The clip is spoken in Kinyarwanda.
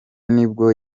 nibwo